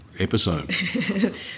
Episode